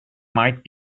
might